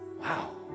Wow